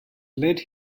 led